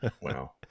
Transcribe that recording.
wow